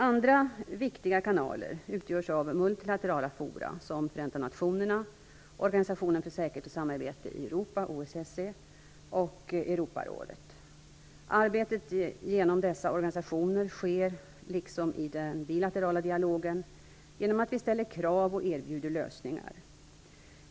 Andra viktiga kanaler utgörs av multilaterala fora som Förenta nationerna, Organisationen för säkerhet och samarbete i Europa - OSSE - och Europarådet. Arbetet genom dessa organisationer sker, liksom i den bilaterala dialogen, genom att vi ställer krav och erbjuder lösningar.